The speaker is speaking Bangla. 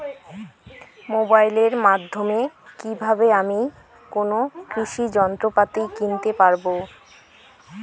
মোবাইলের মাধ্যমে কীভাবে আমি কোনো কৃষি যন্ত্রপাতি কিনতে পারবো?